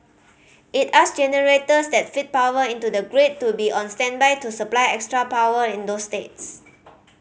it asked generators that feed power into the grid to be on standby to supply extra power in those states